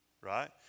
Right